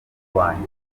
wanjye